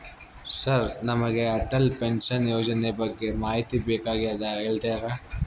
Sir ನನಗೆ Atal pension ಯೋಜನೆ ಬಗ್ಗೆ ಮಾಹಿತಿ ಬೇಕಾಗ್ಯದ ಹೇಳ್ತೇರಾ?